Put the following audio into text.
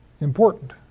Important